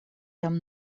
jam